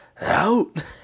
out